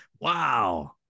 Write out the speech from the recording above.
wow